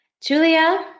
Julia